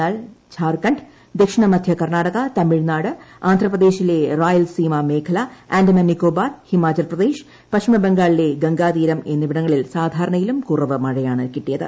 എന്നാൽ ജാർഖണ്ഡ് ദക്ഷിണ മധ്യ കർണ്ണാടക തമിഴ്നാട് ആന്ധ്രാപ്രദേശിലെ റായൽസീമ മേഖല ആൻഡമാൻ നിക്കോബാർ ഹിമാചൽപ്രദേശ് പശ്ചിമബംഗാളിലെ ഗംഗാതീരം എന്നിവിടങ്ങളിൽ സാധാരണയിലും കുറവ് മഴയാണ് കിട്ടിയത്